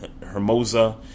Hermosa